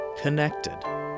connected